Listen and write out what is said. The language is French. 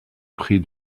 prix